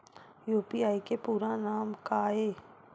UPI के पूरा नाम का ये?